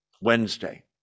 Wednesday